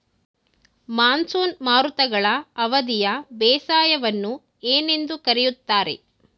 Monsoon ಮಾರುತಗಳ ಅವಧಿಯ ಬೇಸಾಯವನ್ನು ಏನೆಂದು ಕರೆಯುತ್ತಾರೆ?